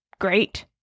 great